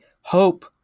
hope